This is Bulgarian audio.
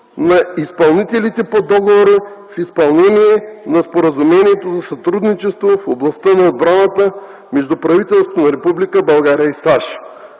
на изпълнителите по договора в изпълнение на Споразумението за сътрудничество в областта на отбраната между правителството на Република България и САЩ,